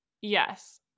Yes